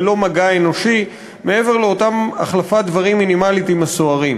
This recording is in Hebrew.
ללא מגע אנושי מעבר לאותה החלפת דברים מינימלית עם הסוהרים.